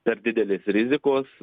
per didelės rizikos